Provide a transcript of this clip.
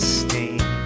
stain